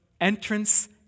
Entrance